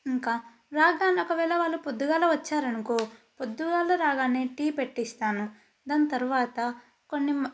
ఇంకా రాత్రి ఒకవేళ వాళ్ళు పొద్దుగాల వచ్చారు అనుకో పొద్దుగాల రాగానే టీ పెట్టిస్తాను దాని తర్వాత కొన్ని మ